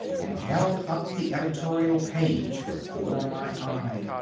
and held up the editorial page before my eye.